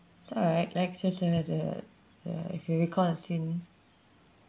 it's alright like the uh if you recall a scene